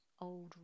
old